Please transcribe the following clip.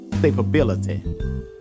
capability